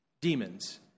demons